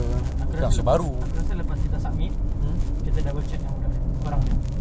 ah aku rasa lepa~ aku rasa lepas kita submit kita double-check dengan budak ni orang ni